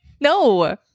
No